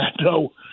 no